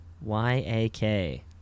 Y-A-K